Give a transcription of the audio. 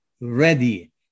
ready